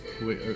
Wait